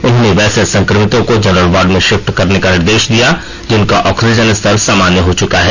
उन्होंने वैसे संक्रमितों को जनरल वार्ड में शिफट करने का निर्देश दिया जिनका ऑक्सीजन स्तर सामान्य हो चुका है